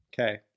okay